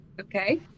Okay